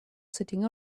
sitting